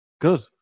Good